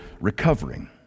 recovering